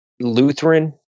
Lutheran